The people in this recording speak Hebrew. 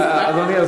אדוני,